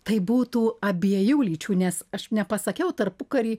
tai būtų abiejų lyčių nes aš nepasakiau tarpukary